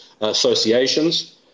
associations